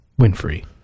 Winfrey